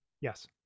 Yes